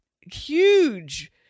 huge